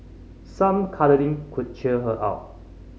some cuddling could cheer her up